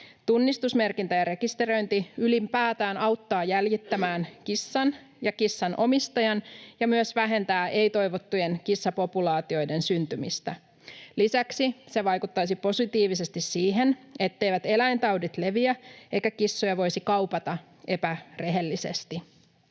Tunnistusmerkintä ja rekisteröinti ylipäätään auttaa jäljittämään kissan ja kissan omistajan ja myös vähentää ei-toivottujen kissapopulaatioiden syntymistä. Lisäksi se vaikuttaisi positiivisesti siihen, etteivät eläintaudit leviä eikä kissoja voisi kaupata epärehellisesti.